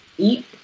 Eat